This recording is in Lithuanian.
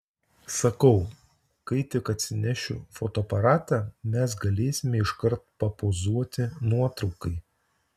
sakau kai tik atsinešiu fotoaparatą mes galėsime iškart papozuoti nuotraukai